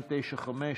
מס' 295,